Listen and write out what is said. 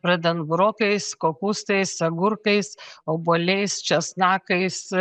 pradedant burokais kopūstais agurkais obuoliais česnakais